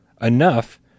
enough